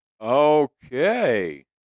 Okay